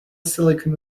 silicon